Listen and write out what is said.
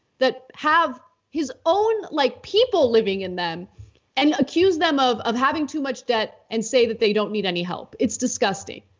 that have his own like people living in them and accuse them of of having too much debt and say that they don't need any help, it's disgusting.